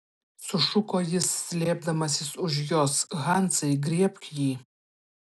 sušuko jis slėpdamasis už jos hansai griebk jį